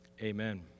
Amen